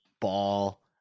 ball